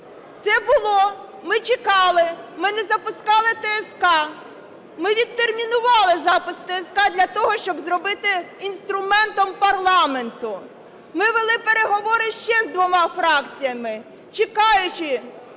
Це було, ми чекали, ми не запускали ТСК, ми відтермінували запуск ТСК для того, щоб зробити інструментом парламенту. Ми вели переговори ще з двома фракціями, чекаючи,